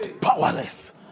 Powerless